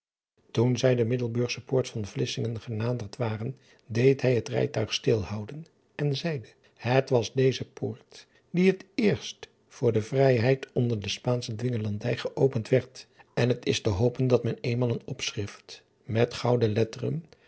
oen zij de iddelburgsche poort van lissingen genaderd waren deed hij het rijtuig stilhouden en zeide et was deze poort die het eerst voor de vrijheid onder de paansche dwingelandij geopend werd en het is te hopen dat men eenmaal een opschrist met gouden letteren